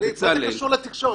לא יודע.